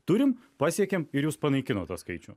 turim pasiekėm ir jūs panaikinot tą skaičių